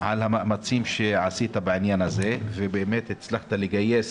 על המאמצים שעשית בעניין הזה ובאמת הצלחת לגייס